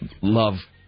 love